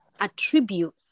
attribute